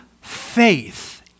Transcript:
faith